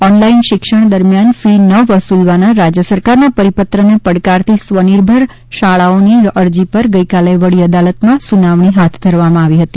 online શિક્ષણ દરમ્યાન fee ન વસુલવાના રાજ્ય સરકારના પરિપત્રને પડકારતી સ્વનિર્ભર શાળાઓની અરજી ઉપર ગઇકાલે વડી અદાલતમાં સુનાવણી હાથ ધરવામાં આવી હતી